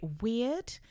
weird